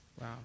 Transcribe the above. Wow